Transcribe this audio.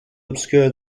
obscure